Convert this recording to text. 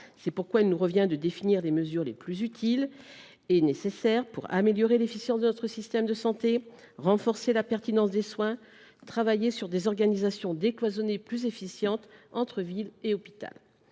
C’est pourquoi il nous revient de définir les mesures les plus utiles et nécessaires pour améliorer l’efficience de notre système de santé, renforcer la pertinence des soins ou encore travailler sur des organisations décloisonnées plus efficaces entre la ville et l’hôpital.